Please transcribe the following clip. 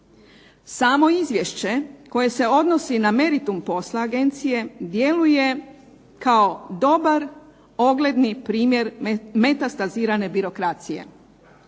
Samo Izvješće koje se odnosi na meritum posla Agencije djeluje kao dobar ogledni primjer metastazirane birokracije.